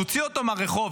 תוציא אותו מהרחוב,